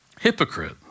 Hypocrite